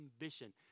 ambition